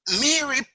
Mary